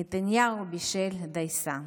נתניהו בישל דייסה.